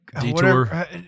Detour